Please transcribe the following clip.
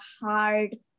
hard